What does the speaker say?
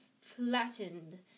flattened